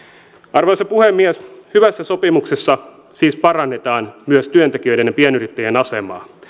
arvoisa puhemies hyvässä sopimuksessa siis parannetaan myös työntekijöiden ja pienyrittäjien asemaa